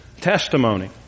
testimony